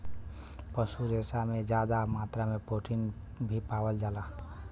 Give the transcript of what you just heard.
पशु रेसा में जादा मात्रा में प्रोटीन भी पावल जाला